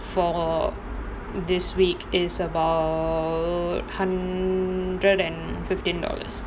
for this week is about hundred and fifteen dollars